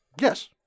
Yes